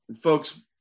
Folks